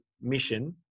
mission